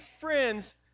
friends